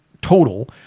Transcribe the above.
total